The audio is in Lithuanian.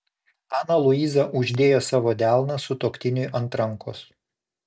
ana luiza uždėjo savo delną sutuoktiniui ant rankos